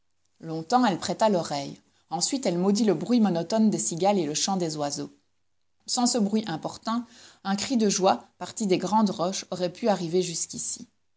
longtemps elle prêta l'oreille ensuite elle maudit le bruit monotone des cigales et le chant des oiseaux sans ce bruit importun un cri de joie parti des grandes roches aurait pu arriver jusqu'ici